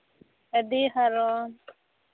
ᱟᱹᱰᱤ ᱦᱟᱨᱚᱱ